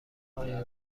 آیا